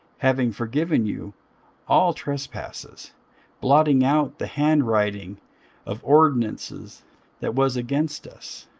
having forgiven you all trespasses blotting out the handwriting of ordinances that was against us,